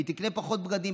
היא תקנה פחות בגדים,